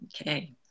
Okay